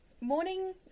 Morning